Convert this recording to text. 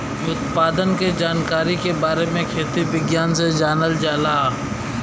उत्पादन के जानकारी के बारे में खेती विज्ञान से जानल जाला